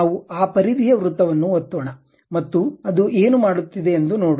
ನಾವು ಆ ಪರಿಧಿಯ ವೃತ್ತವನ್ನು ಒತ್ತೋಣ ಮತ್ತು ಅದು ಏನು ಮಾಡುತ್ತಿದೆ ಎಂದು ನೋಡೋಣ